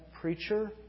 preacher